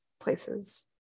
places